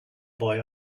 boy